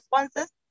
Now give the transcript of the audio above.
responses